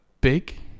big